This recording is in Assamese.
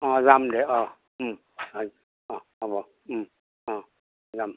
অঁ যাম দে অঁ হয় অঁ হ'ব অঁ যাম